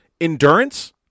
Endurance